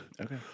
Okay